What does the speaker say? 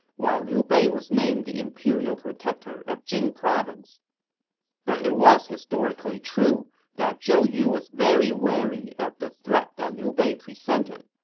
while liu bei was named the imperial protector of jing province but it was historically true that zhou yu was very wary of the threat that liu bei presented.